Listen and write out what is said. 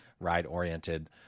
ride-oriented